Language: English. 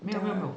the